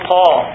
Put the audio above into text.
Paul